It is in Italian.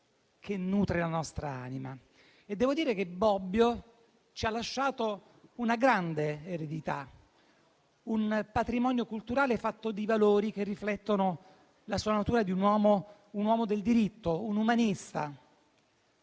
che nutre la nostra anima. E devo dire che Bobbio ci ha lasciato una grande eredità, un patrimonio culturale fatto di valori che riflettono la sua natura di uomo del diritto, di umanista.